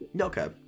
okay